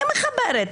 אני מחברת.